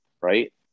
Right